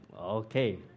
Okay